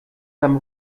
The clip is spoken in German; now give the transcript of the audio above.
seinem